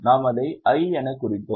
நாம் அதை I எனக் குறித்தோம்